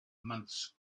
months